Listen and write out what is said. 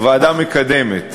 הוועדה מקדמת.